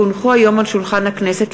כי הונחו היום על שולחן הכנסת,